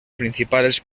principales